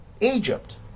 Egypt